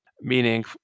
meaning